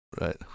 Right